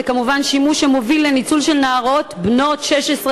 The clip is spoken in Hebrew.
שלנו ונערות צעירות שמעריצות זמרים,